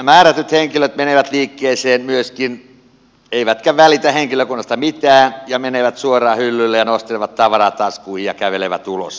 määrätyt henkilöt myöskin menevät liikkeeseen eivätkä välitä henkilökunnasta mitään ja menevät suoraan hyllylle ja nostelevat tavaraa taskuun ja kävelevät ulos